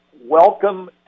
welcome